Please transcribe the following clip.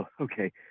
Okay